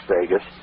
Vegas